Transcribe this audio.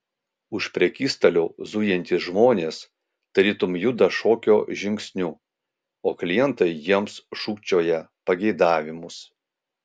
už prekystalio zujantys žmonės tarytum juda šokio žingsniu o klientai jiems šūkčioja pageidavimus